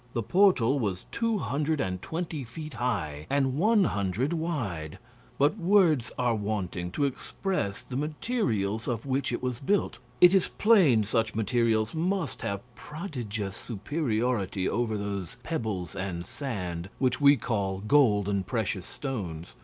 the portal was two hundred and twenty feet high, and one hundred wide but words are wanting to express the materials of which it was built. it is plain such materials must have prodigious superiority over those pebbles and sand which we call gold and precious stones.